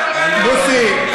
מוסי,